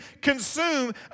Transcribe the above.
consume